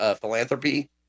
philanthropy